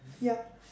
yup